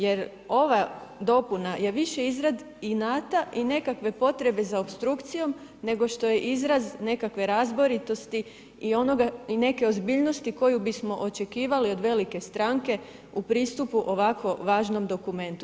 Jer ova dopuna je više izrad inata i nekakve potrebe za opstrukcijom nego što je izraz nekakve razboritosti i neke ozbiljnosti koju bismo očekivali od velike stranke u pristupu ovako važnom dokumentu.